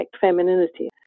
femininity